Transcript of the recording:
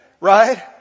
right